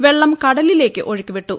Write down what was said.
വെള്ളം കടലിലേക്ക് ഒഴുക്കിവിട്ടു